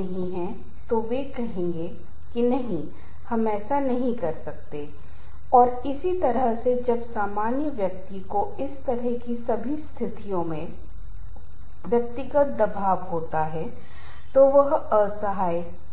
mood और कभी कभी आप खुश होंगे कभी कभी आप नीचे होंगे और मूड में गड़बड़ी भी होगी आप क्रोध का अनुभव करेंगे आप हिंसा दिखाएंगे आप आक्रामक होंगे या आप उत्तेजित होने का अनुभव कर सकते हैं और तनाव के व्यवहार के परिणाम कम प्रदर्शन अधिक दुर्घटना दोषपूर्ण निर्णय उच्च अनुपस्थिति और कार्य स्थान आक्रामकता होंगे